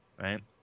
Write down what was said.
right